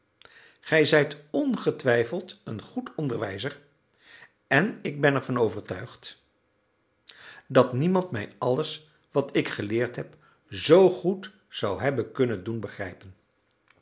gij zijt ongetwijfeld een goed onderwijzer en ik ben ervan overtuigd dat niemand mij alles wat ik geleerd heb zoo goed zou hebben kunnen doen begrijpen